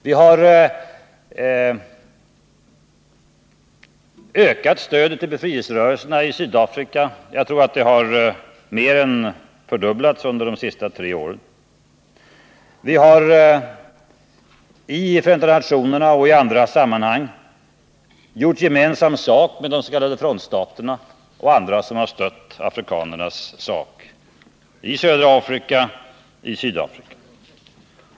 Vi har ökat stödet till befrielserörelserna i Sydafrika. Jag tror att det har mer än fördubblats under de senaste tre åren. Vi har i Förenta nationerna och i andra sammanhang gjort gemensam sak med de s.k. frontstaterna och andra som har stött afrikanernas sak i södra Afrika och i Sydafrika.